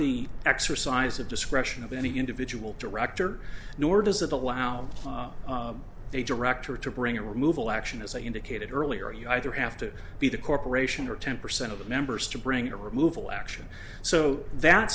the exercise of discretion of any individual director nor does that allow a director to bring a removal action as i indicated earlier you either have to be the corporation or ten percent of the members to bring a removal action so that